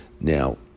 Now